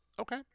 Okay